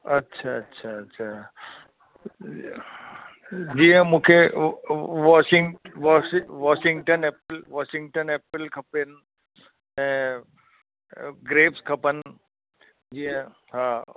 अच्छा अच्छा अच्छा जीअं मूंखे washing washing Washington apple Washington apple खपनि ऐं ग्रेप्स खपनि जीअं हा